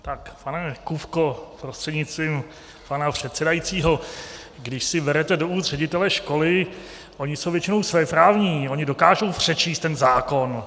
Tak pane Kupko prostřednictvím pana předsedajícího, když si berete do úst ředitele školy, oni jsou většinou svéprávní, oni dokážou přečíst ten zákon.